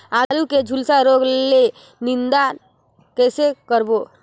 आलू के झुलसा रोग ले निदान कइसे करबो?